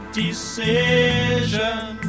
decision